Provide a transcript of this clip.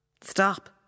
Stop